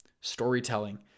storytelling